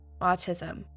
autism